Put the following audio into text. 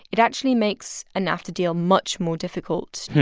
it actually makes a nafta deal much more difficult.